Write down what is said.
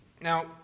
Now